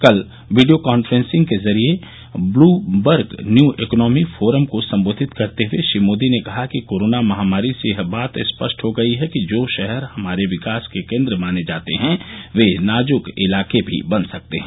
कल video conferencing के जरिए ब्लूमबर्ग न्यू इकोनॉमी फोरम को संबोधित करते हुए श्री मोदी ने कहा कि कोरोना महामारी से यह बात स्पष्ट हो गई है कि जो शहर हमारे विकास के केंद्र माने जाते हैं वे नाजुक इलाके भी बन सकते हैं